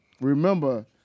remember